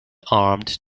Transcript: armed